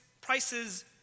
prices